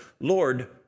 Lord